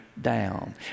down